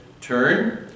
turn